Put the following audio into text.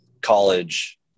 college